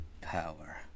power